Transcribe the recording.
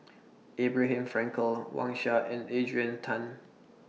Abraham Frankel Wang Sha and Adrian Tan